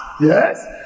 Yes